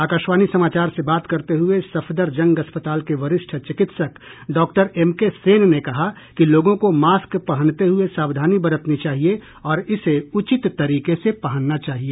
आकाशवाणी समाचार से बात करते हुए सफदरजंग अस्पताल के वरिष्ठ चिकित्सक डॉ एम के सेन ने कहा कि लोगों को मास्क पहनते हुए सावधानी बरतनी चाहिए और इसे उचित तरीके से पहनना चाहिए